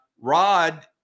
Rod